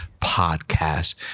Podcast